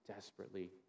desperately